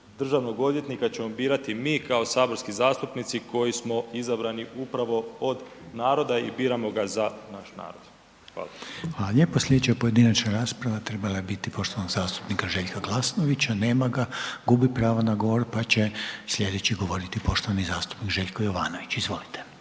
državnog odvjetnika ćemo birati mi kao saborski zastupnici koji smo izabrani upravo od naroda i biramo ga za naš narod. Hvala. **Reiner, Željko (HDZ)** Hvala lijepo. Sljedeća pojedinačna rasprava trebala je biti poštovanog zastupnika Željka Glasnovića, nema ga, gubi pravo na govor pa će sljedeći govoriti poštovani zastupnik Željko Jovanović, izvolite.